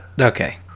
okay